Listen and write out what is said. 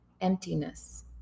emptiness